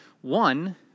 One